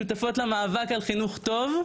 שותפות למאבק על חינוך טוב,